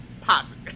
positive